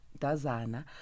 Dazana